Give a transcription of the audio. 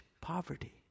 poverty